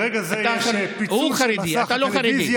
ברגע זה יש פיצול של מסך הטלוויזיה.